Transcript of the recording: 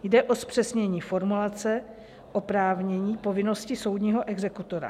Jde o zpřesnění formulace oprávnění povinnosti soudního exekutora.